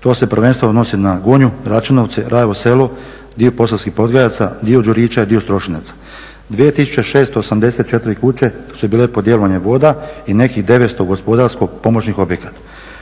To se prvenstveno odnosi na Gunju, Račinovce, Rajevo Selo, dio Posavskim Podgajaca, dio Đurića i dio Strošinaca. 2684 kuće su bile pod djelovanjem voda i nekih 900 gospodarsko-pomoćnih objekata.